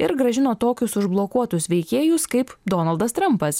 ir grąžino tokius užblokuotus veikėjus kaip donaldas trampas